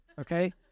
Okay